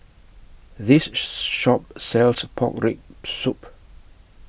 This Shop sells Pork Rib Soup